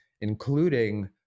including